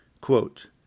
Quote